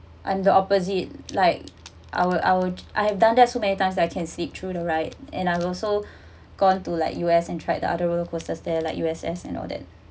I'm the opposite like our our I've done that so many times I can sleep through the ride and I also gone to like U_S and tried the other roller coaster there like U_S_S and all that